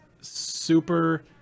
super